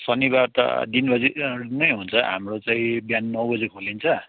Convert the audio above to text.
शनिवार त दिनभरि नै हुन्छ हाम्रो चाहिँ बिहान नौ बजी खोलिन्छ